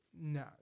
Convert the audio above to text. No